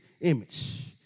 image